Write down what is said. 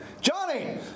Johnny